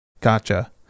Gotcha